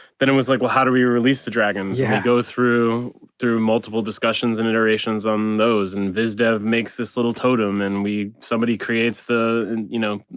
then it was like well, how do we release the dragons? yeah go through through multiple, discussions and iterations on those and vista makes this little totem and we somebody creates the you know,